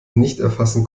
nichterfassen